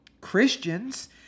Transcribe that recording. Christians